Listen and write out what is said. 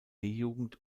jugend